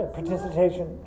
Participation